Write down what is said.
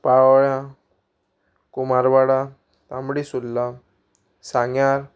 पाळोळ्या कुमारवाडा तांबडी सुर्ला सांग्यार